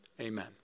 amen